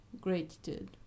gratitude